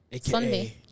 Sunday